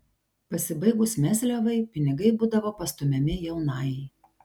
pasibaigus mezliavai pinigai būdavo pastumiami jaunajai